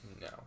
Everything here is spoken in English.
No